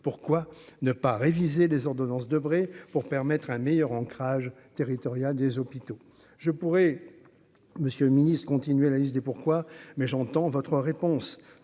pourquoi ne pas réviser les ordonnances Debré pour permettre un meilleur ancrage territorial des hôpitaux je pourrais Monsieur le Ministre, continuer la liste des pourquoi, mais j'entends votre réponse,